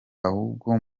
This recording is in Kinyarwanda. ahubwo